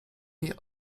jej